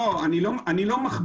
אני לא מכביד.